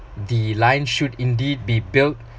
the line should indeed be built